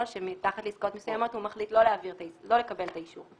שמתחת לעסקאות מסוימות הוא מחליט לא לקבל את האישור.